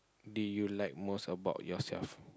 do you like most about yourself